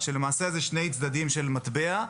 כשלמעשה אלה שני צדדים של מטבע.